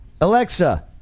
Alexa